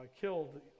killed